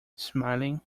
smiling